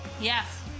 Yes